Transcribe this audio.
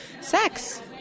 sex